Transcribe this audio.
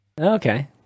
Okay